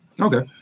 Okay